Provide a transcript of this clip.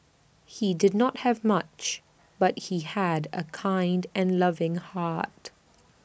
he did not have much but he had A kind and loving heart